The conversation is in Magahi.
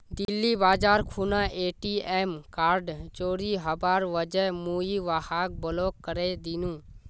दिल्ली जबार खूना ए.टी.एम कार्ड चोरी हबार वजह मुई वहाक ब्लॉक करे दिनु